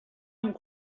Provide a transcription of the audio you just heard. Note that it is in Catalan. amb